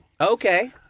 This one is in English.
Okay